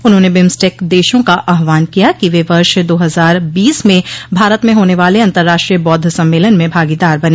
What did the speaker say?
उन्होंने बिम्सटेक देशों का आहवान किया कि वे वर्ष दो हजार बीस में भारत में होने वाले अतंर्राष्ट्रीय बौद्ध सम्मेलन में भागीदार बने